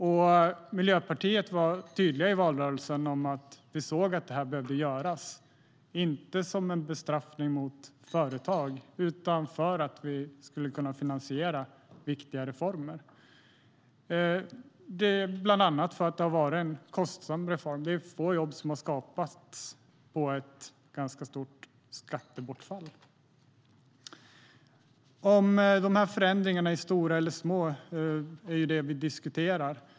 I valrörelsen var Miljöpartiet tydligt med att vi såg att det behövde göras, inte som en bestraffning av företagen utan för att kunna finansiera viktiga reformer. Ett av skälen är att det varit en kostsam reform. Få jobb har skapats på ett ganska stort skattebortfall. Om förändringarna är stora eller små är vad vi diskuterar.